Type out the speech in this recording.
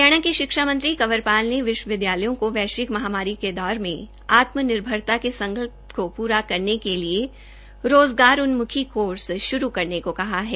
हरियाणा के शिक्षा मंत्री कंवर पाल ने विश्वविद्यालयों को वैश्विक महामारी के दौर में आत्म निर्भरता के संकल्प को पूरा करने के लिए रोज़गारोन्मुखी कोर्स श्रू को कहा है